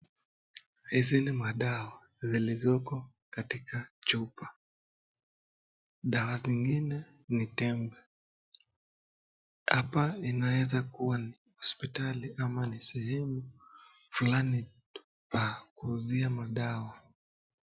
Hizi ni madawa zilizoko katika chupa, dawa zingine ni tamu, hapa inaeza kuwa ni hospitalini ama, ni sehemu fulani pa kuuzia madawa.